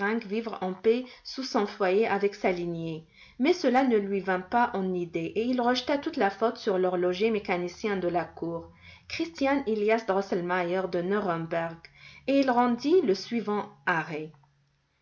vivre en paix sous son foyer avec sa lignée mais cela ne lui vint pas en idée et il rejeta toute la faute sur l'horloger mécanicien de la cour christian elias drosselmeier de nuremberg et il rendit le suivant arrêt